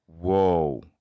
whoa